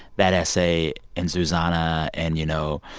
that essay and zuzanna and, you know,